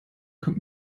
kommt